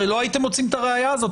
הרי לא הייתם מוצאים את הראיה הזאת,